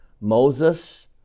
Moses